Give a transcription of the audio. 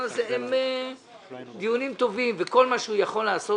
הזה אלה דיונים טובים וכל מה שהוא יכול לעשות